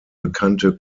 bekannte